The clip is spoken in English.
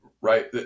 right